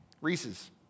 Reese's